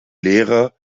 lehrer